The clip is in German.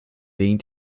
wegen